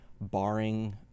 barring